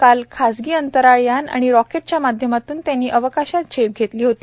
काल खासगी अंतराळ यान आणि रॉकेटच्या माध्यमातून त्यांनी अवकाशात झेप घेतली होती